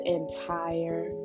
entire